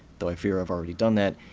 though i fear i've already done that,